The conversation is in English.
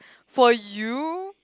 for you